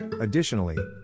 Additionally